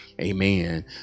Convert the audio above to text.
amen